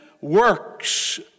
works